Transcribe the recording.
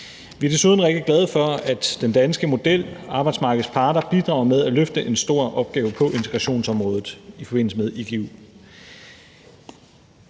Vi er desuden rigtig glade for, at den danske model, med arbejdsmarkedets parter, bidrager med at løfte en stor opgave på integrationsområdet i forbindelse med igu.